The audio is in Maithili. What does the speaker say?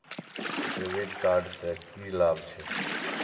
डेविट कार्ड से की लाभ छै?